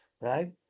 right